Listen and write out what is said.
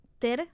Ter